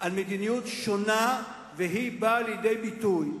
על מדיניות שונה, והיא באה לידי ביטוי.